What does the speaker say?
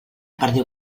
perdiu